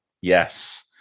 Yes